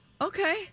okay